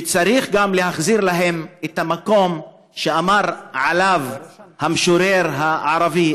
וצריך גם להחזיר להם את המקום שאמר עליו המשורר הערבי,